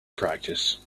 practice